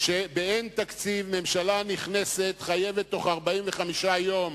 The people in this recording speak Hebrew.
שבאין תקציב ממשלה נכנסת חייבת בתוך 45 יום